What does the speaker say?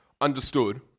understood